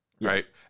Right